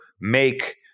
make